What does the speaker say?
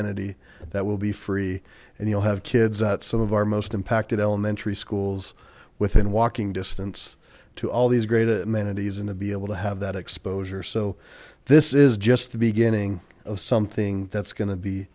amenity that will be free and you'll have kids at some of our most impacted elementary schools within walking distance to all these great amenities and to be able to have that exposure so this is just the beginning of something that's gonna be